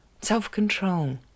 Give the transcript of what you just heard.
self-control